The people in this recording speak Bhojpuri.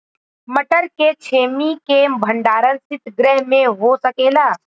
मटर के छेमी के भंडारन सितगृह में हो सकेला?